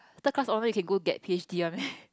third class honours you can get p_h_d one meh